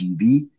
TV